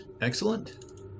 excellent